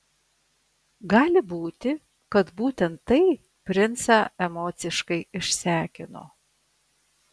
gali būti kad būtent tai princą emociškai išsekino